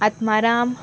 Atmaram